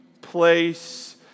place